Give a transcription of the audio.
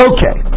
Okay